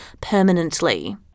permanently